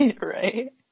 Right